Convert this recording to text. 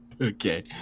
Okay